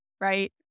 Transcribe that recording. right